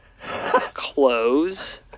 clothes